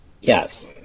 Yes